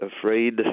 afraid